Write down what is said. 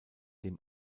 dem